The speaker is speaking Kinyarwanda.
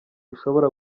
ushobora